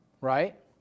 Right